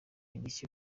indishyi